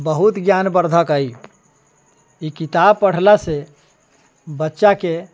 बहुत ज्ञान वर्धक अय ई किताब पढ़ला से बच्चा के